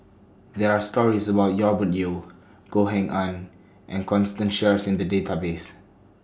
There Are stories about Robert Yeo Goh Eng Han and Constance Sheares in The Database